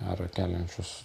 ar keliančius